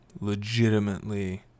Legitimately